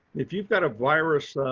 if you've got a virus,